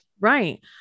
Right